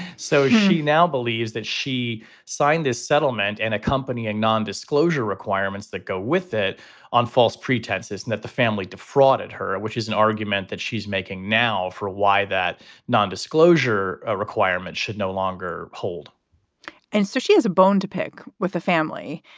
so she now believes that she signed this settlement and accompanying nondisclosure requirements that go with it on false pretenses and that the family defrauded her, which is an argument that she's making now for why that nondisclosure ah requirement should no longer hold and so she has a bone to pick with the family.